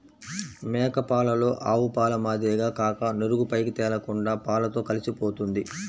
మేక పాలలో ఆవుపాల మాదిరిగా కాక నురుగు పైకి తేలకుండా పాలతో కలిసిపోతుంది